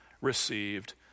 received